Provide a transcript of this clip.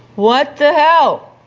what the hell,